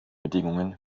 bedingungen